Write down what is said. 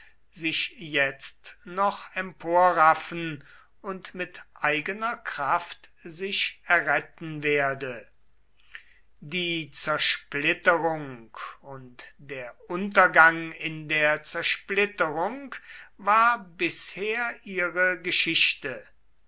sich jetzt noch emporraffen und mit eigener kraft sich erretten werde die zersplitterung und der untergang in der zersplitterung war bisher ihre geschichte